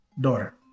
Daughter